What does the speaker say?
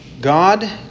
God